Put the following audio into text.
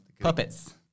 puppets